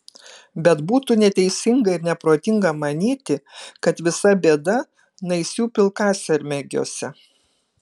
bet būtų neteisinga ir neprotinga manyti kad visa bėda naisių pilkasermėgiuose